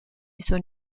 son